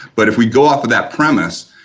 but if we go after that premise,